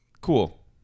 Cool